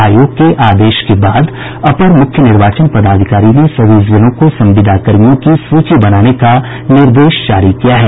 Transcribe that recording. आयोग के आदेश के बाद अपर मुख्य निर्वाचन पदाधिकारी ने सभी जिलों को संविदा कर्मियों की सूची बनाने का निर्देश जारी किया है